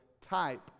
type